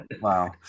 Wow